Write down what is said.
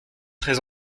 très